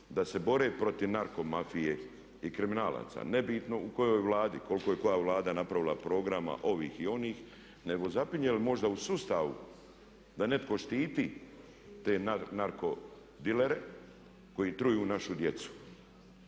da se bore protiv narko mafije i kriminalaca nebitno u kojoj Vladi i koliko je koja Vlada napravila programa ovih i onih nego zapinje li možda u sustavu da netko štiti te narko dilere koji truju našu djecu?